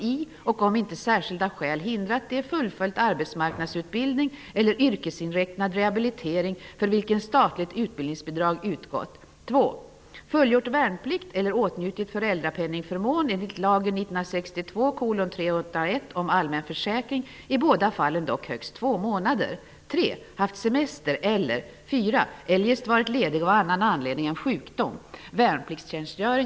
Vidare måste jag säga till arbetsmarknadsminister Börje Hörnlund att med den erfarenhet av arbetsmarknadspolitik som han besitter, så borde han redan hösten 1991 ha tillsatt parlamentariska utredningar om arbetslöshetsförsäkring, arbetsmarknadspolitik, regionalpolitik, företagsstöd och anställningsstöd.